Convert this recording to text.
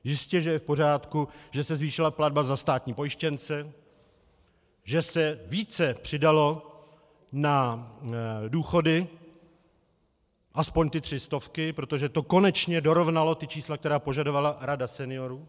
Jistěže je v pořádku, že se zvýšila platba za státní pojištěnce, že se více přidalo na důchody, aspoň ty tři stovky, protože to konečně dorovnalo ta čísla, která požadovala Rada seniorů.